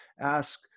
ask